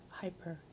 hyper